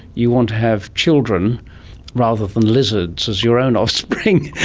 you want to have children rather than lizards as your own offspring.